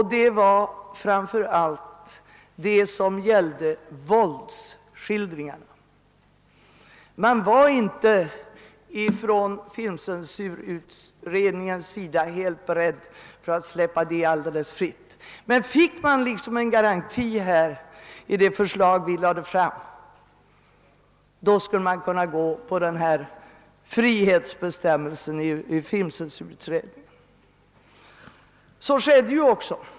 Det var framför allt fråga om våldsskildringar. Filmcensurutredningen var inte beredd att släppa sådana alldeles fria. Men fick filmcensurutredningen en garanti här i det förslag vi lade fram, så skulle utredningen kunna förorda ett avskaffande av censuren. Så skedde också.